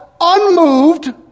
unmoved